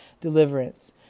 deliverance